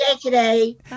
today